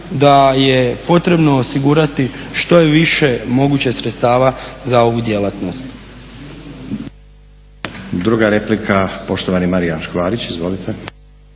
da je potrebno osigurati što je više moguće sredstava za ovu djelatnost.